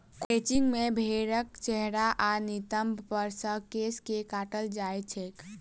crutching मे भेंड़क चेहरा आ नितंब पर सॅ केश के काटल जाइत छैक